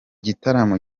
gitaramo